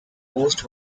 post